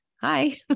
hi